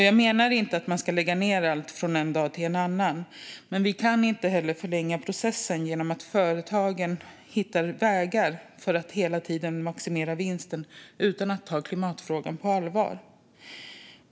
Jag menar inte att man ska lägga ned allt från en dag till en annan, men vi kan inte heller förlänga processen med lösningar som gör att företagen hittar vägar att hela tiden maximera vinsten utan att ta klimatfrågan på allvar.